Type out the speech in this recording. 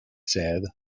said